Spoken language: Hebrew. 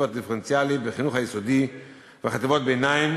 הדיפרנציאלי בחינוך היסודי ובחטיבות הביניים,